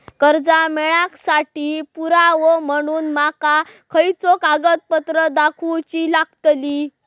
कर्जा मेळाक साठी पुरावो म्हणून माका खयचो कागदपत्र दाखवुची लागतली?